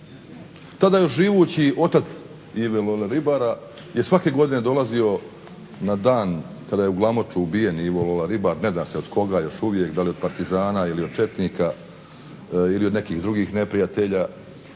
Tada još živući otac Ive Lole Ribara je svake godine dolazio na dan kada je u Glamoču ubijen Ivo Lola Ribar. Ne zna se od koga još uvijek, da li od partizana ili od četnika ili od nekih drugih neprijatelja.